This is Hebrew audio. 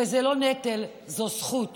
וזה לא נטל, זו זכות.